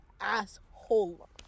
asshole